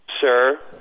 Sir